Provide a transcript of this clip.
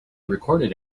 recorded